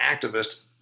activist